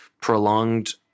prolonged